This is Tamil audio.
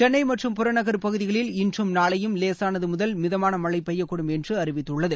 சென்னை மற்றும் புறநகர் பகுதிகளில் இன்றும் நாளையும் லேசானது முதல் மிதமான மழை பெய்யக்கூடும் என்று அறிவித்துள்ளது